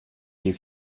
you